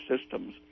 systems